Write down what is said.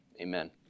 Amen